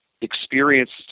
experienced